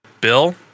Bill